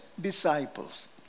disciples